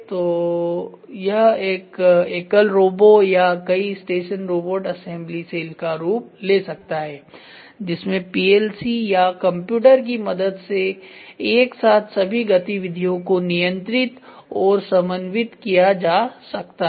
तो यह एक एकल रोबो या कई स्टेशन रोबोट असेंबली सेल का रूप ले सकता है जिसमें पीएलसी या कंप्यूटर की मदद से एक साथ सभी गतिविधियों को नियंत्रित और समन्वित किया जा सकता है